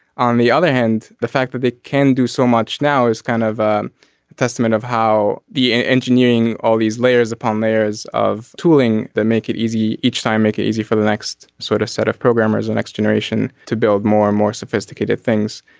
on the other hand the fact that they can do so much now is kind of a testament of how the engineering all these layers upon layers of tooling that make it easy each time make it easy for the next sort of set of programmers the and next generation to build more and more sophisticated things.